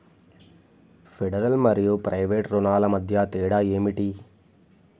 Federal మరియు private రుణాల మధ్య తేడా ఏమిటి?